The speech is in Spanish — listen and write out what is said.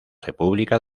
república